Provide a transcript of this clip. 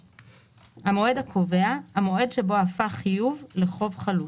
""המועד הקובע" המועד שבו הפך חיוב לחוב חלוט,